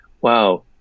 Wow